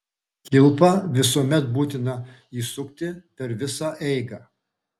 kilpą visuomet būtina įsukti per visą eigą